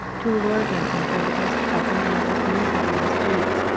to allure them from the frivolous, often dangerous, amusements of the streets,